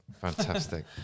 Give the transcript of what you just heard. Fantastic